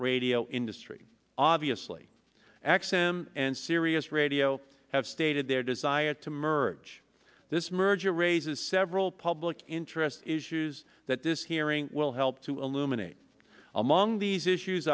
radio industry obviously x m and sirius radio have stated their desire to merge this merger raises several public interest issues that this hearing will help to illuminating among these issues